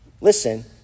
listen